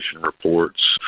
reports